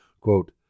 Quote